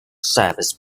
service